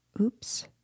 Oops